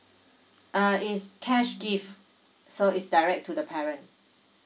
uh is cash gift so is direct to the parent